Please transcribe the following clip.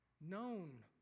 Known